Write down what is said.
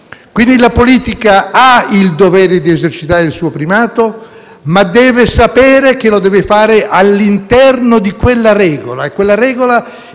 La politica ha quindi il dovere di esercitare il suo primato, ma deve sapere che lo deve fare all'interno di quella regola, che indica